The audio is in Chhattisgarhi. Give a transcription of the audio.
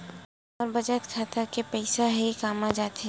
हमर बचत खाता के पईसा हे कामा जाथे?